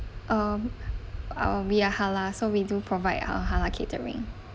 um uh we are halal so we do provide our halal catering